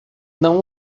não